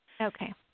Okay